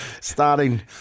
Starting